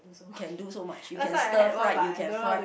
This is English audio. can do so much you can stir fry you can fry